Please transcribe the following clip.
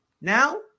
Now